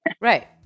Right